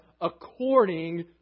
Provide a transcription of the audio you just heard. according